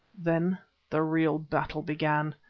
then the real battle began.